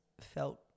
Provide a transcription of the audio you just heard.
felt